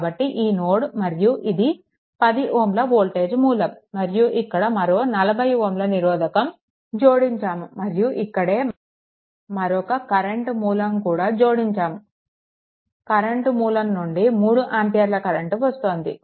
కాబట్టి ఇది నోడ్ మరియు ఇది 10 Ω ల వోల్టేజ్ మూలం మరియు ఇక్కడ మరో 40 Ω నిరోధకం జోడించాము మరియు ఇక్కడే మరొక కరెంట్ మూలం కూడా జోడించాము కరెంట్ మూలం నుండి 3 ఆంపియర్ల కరెంట్ వస్తుంది